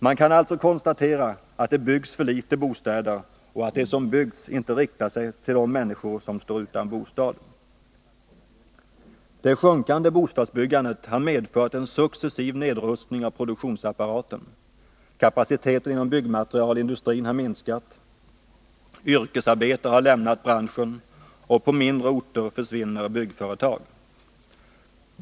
Man kan alltså konstatera att det byggs för få bostäder och att det som byggs inte riktar sig till de människor som står utan bostad. Det sjunkande bostadsbyggandet har medfört en successiv nedrustning av produktionsapparaten. Kapaciteten inom byggmaterialindustrin har minskat. Yrkesarbetare har lämnat branschen, och på mindre orter försvinner byggföretag.